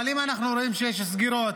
אבל אם אנחנו רואים שיש סגירות